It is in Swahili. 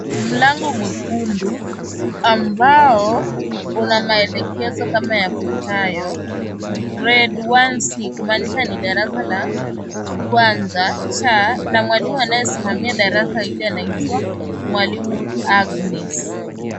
Mlango mwekundu, ambao una maelekezo kama yafuatayo,(cs) grade 1 C(cs), kumaanisha ni darasa la kwanza C, na mwalimu anaye simamia darasa hilinanaitwa, mwalimu Agnes.